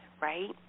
right